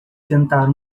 tentar